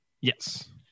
Yes